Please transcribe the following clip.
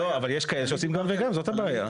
לא, אבל יש כאלה שעושים גם וגם, זאת הבעיה.